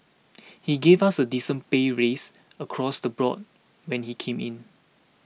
he gave us a decent pay raise across the board when he came in